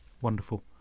Wonderful